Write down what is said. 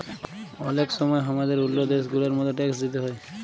অলেক সময় হামাদের ওল্ল দ্যাশ গুলার মত ট্যাক্স দিতে হ্যয়